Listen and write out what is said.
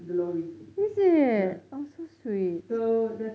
the lorries ya so there's